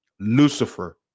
Lucifer